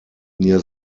near